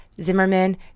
Zimmerman